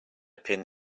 pin